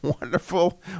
wonderful